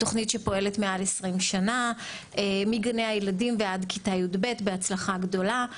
תוכנית שפועלת מעל 20 שנה מגני הילדים ועד כיתה י"ב בהצלחה גדולה.